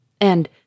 And